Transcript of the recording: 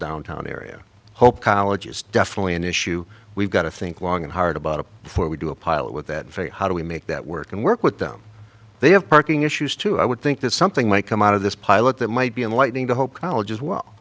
downtown area hope college is definitely an issue we've got to think long and hard about of what we do a pilot with that fate how do we make that work and work with them they have parking issues too i would think that something might come out of this pilot that might be enlightening to hope college as well